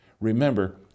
Remember